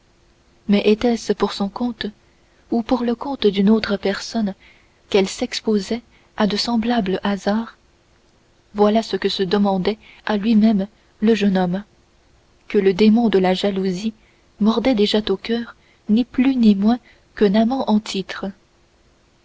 mais était-ce pour son compte ou pour le compte d'une autre personne qu'elle s'exposait à de semblables hasards voilà ce que se demandait à lui-même le jeune homme que le démon de la jalousie mordait au coeur ni plus ni moins qu'un amant en titre